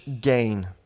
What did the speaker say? gain